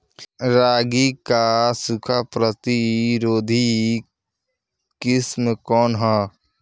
रागी क सूखा प्रतिरोधी किस्म कौन ह?